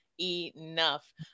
enough